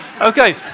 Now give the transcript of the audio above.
okay